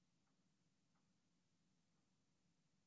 כשמתעלמים